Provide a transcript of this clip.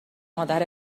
مادر